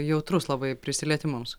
jautrus labai prisilietimams